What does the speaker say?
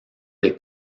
des